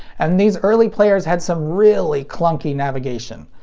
and these early players had some really clunky navigation.